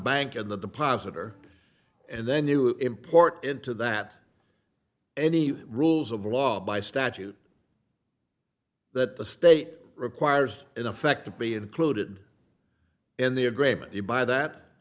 bank and the deposit or and then you import into that any rules of law by statute that the state requires in effect to be included in the a great many by that